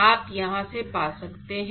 आप यहां से पा सकते हैं